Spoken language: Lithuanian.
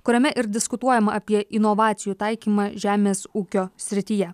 kuriame ir diskutuojama apie inovacijų taikymą žemės ūkio srityje